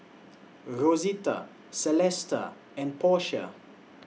Rosita Celesta and Portia